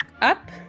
Up